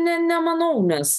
ne nemanau nes